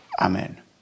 Amen